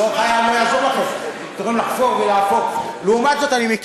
לא שמענו אותך, אני לא חייב, לא יעזור לכם.